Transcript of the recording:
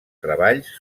treballs